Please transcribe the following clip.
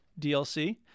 DLC